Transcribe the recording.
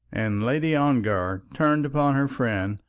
and lady ongar turned upon her friend,